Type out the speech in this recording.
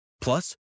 Plus